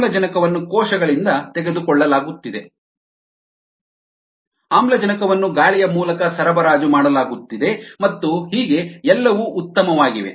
ಆಮ್ಲಜನಕವನ್ನು ಕೋಶಗಳಿಂದ ತೆಗೆದುಕೊಳ್ಳಲಾಗುತ್ತಿದೆ ಆಮ್ಲಜನಕವನ್ನು ಗಾಳಿಯ ಮೂಲಕ ಸರಬರಾಜು ಮಾಡಲಾಗುತ್ತಿದೆ ಮತ್ತು ಹೀಗೆ ಎಲ್ಲವೂ ಉತ್ತಮವಾಗಿವೆ